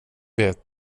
vet